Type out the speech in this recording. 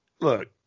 look